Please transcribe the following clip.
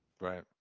Right